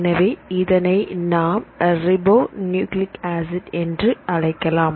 எனவே இதனை நாம் ரிபோ நியூக்ளிக் ஆசிட் என்று அழைக்கலாம்